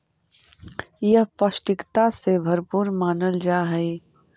यह पौष्टिकता से भरपूर मानल जा हई